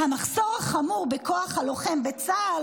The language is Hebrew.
המחסור החמור בכוח הלוחם בצה"ל",